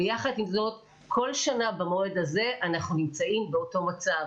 ויחד עם זאת כל שנה במועד הזה אנחנו נמצאים באותו מצב.